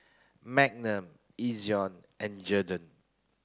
Magnum Ezion and Jergens